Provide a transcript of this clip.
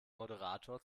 moderator